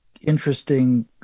interesting